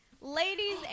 Ladies